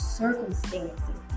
circumstances